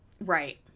Right